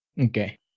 okay